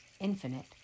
infinite